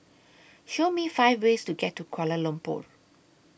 Show Me five ways to get to Kuala Lumpur